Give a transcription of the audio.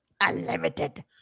Unlimited